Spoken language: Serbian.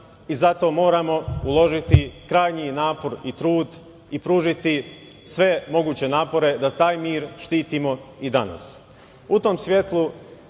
i zato moramo uložiti krajnji napor i trud i pružiti sve moguće napore da taj mir štitimo i danas.